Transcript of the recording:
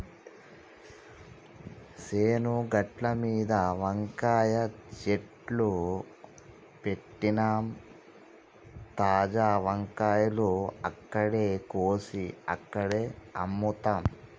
చేను గట్లమీద వంకాయ చెట్లు పెట్టినమ్, తాజా వంకాయలు అక్కడే కోసి అక్కడే అమ్ముతాం